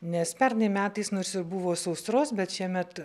nes pernai metais nors jau buvo sausros bet šiemet